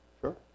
Sure